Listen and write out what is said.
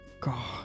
god